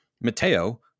Mateo